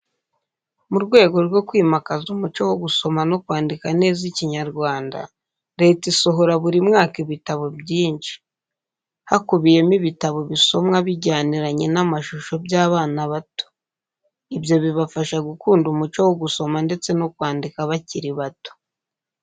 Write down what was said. Mu rwego rwo kwimakaza umuco wo gusoma no kwandika neza Ikinyarwanda, Leta isohora buri mwaka ibitabo byinshi. Hakubiyemo ibitabo bisomwa bijyaniranye n'amashusho by'abana bato. Ibyo bibafasha gukunda umuco wo gusoma ndetse no kwandika bakiri bato.